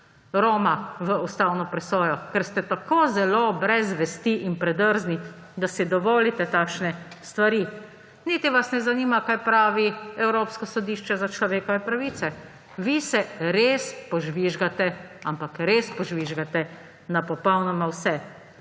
roma v ustavno presojo, ker ste tako zelo brez vesti in predrzni, da si dovolite takšne stvari. Niti vas ne zanima, kaj pravi Evropsko sodišče za človekove pravice. Vi se res požvižgate, ampak res požvižgate na popolnoma vse.